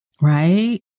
Right